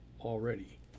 already